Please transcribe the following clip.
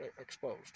exposed